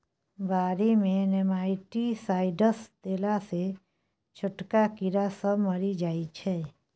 बारी मे नेमाटीसाइडस देला सँ छोटका कीड़ा सब मरि जाइ छै